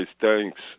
thanks